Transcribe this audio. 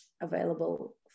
available